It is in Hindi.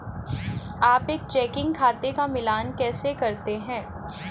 आप एक चेकिंग खाते का मिलान कैसे करते हैं?